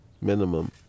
minimum